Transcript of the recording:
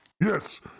Yes